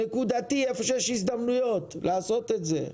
נקודתי, איפה שיש הזדמנויות, לעשות את זה.